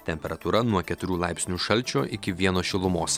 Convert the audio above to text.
temperatūra nuo keturių laipsnių šalčio iki vieno šilumos